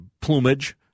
plumage